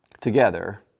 together